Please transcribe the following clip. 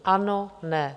Ano, ne.